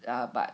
err but